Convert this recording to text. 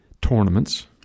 tournaments